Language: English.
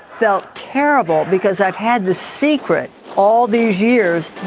felt terrible because i've had the secret all these years